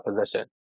position